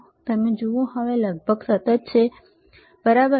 જો તમે જુઓ હવે લગભગ સતત છે બરાબર